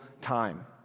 time